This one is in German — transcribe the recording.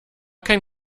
kein